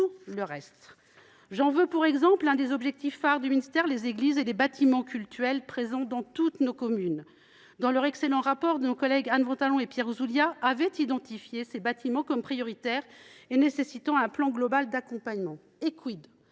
le reste. Prenons en exemple l’un des objectifs phares du ministère : les églises et les bâtiments cultuels présents dans toutes nos communes. Dans leur excellent rapport, nos collègues Anne Ventalon et Pierre Ouzoulias avaient identifié ces bâtiments comme prioritaires et nécessitant un plan global d’accompagnement. Qu’en